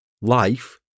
life